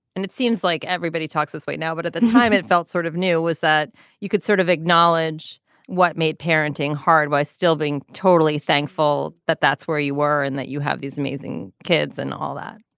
and it seems like everybody talks this way now but at the time it felt sort of new was that you could sort of acknowledge what made parenting hard by still being totally thankful that that's where you were and that you have these amazing kids and all that.